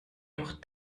doch